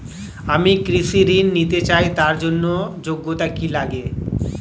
আমি কৃষি ঋণ নিতে চাই তার জন্য যোগ্যতা কি লাগে?